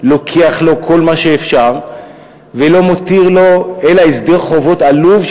לוקח לו כל מה שאפשר ולא מותיר לו אלא הסדר חובות עלוב,